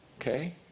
okay